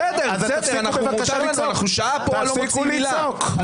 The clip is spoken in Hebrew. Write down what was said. אנחנו שעה כאן ולא מוציאים מילה.